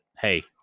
Hey